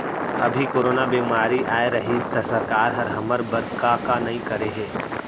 अभी कोरोना बेमारी अए रहिस त सरकार हर हमर बर का का नइ करे हे